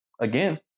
again